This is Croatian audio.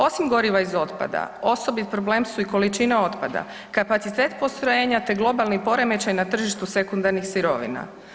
Osim goriva iz otpada osobit problem su i količine otpada, kapacitet postrojenja te globalni poremećaj na tržištu sekundarnih sirovina.